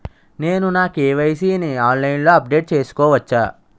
నేను నా కే.వై.సీ ని ఆన్లైన్ లో అప్డేట్ చేసుకోవచ్చా?